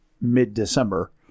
mid-December